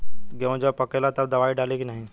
गेहूँ जब पकेला तब दवाई डाली की नाही?